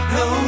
no